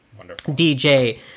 DJ